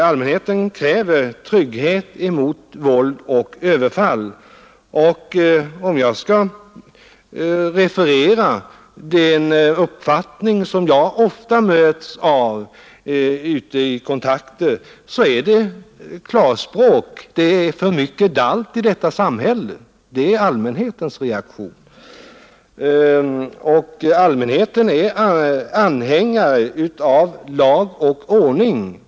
Allmänheten kräver trygghet mot våld och överfall. Om jag skall referera den uppfattning som jag ofta möts av ute vid kontakter så är det i klarspråk: Det är för mycket dalt i detta samhälle. Det är alltså allmänhetens reaktion. Allmänheten är anhängare av lag och ordning.